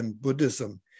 Buddhism